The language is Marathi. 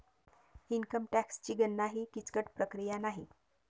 इन्कम टॅक्सची गणना ही किचकट प्रक्रिया नाही